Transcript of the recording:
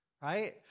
Right